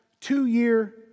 two-year